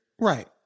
Right